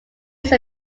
use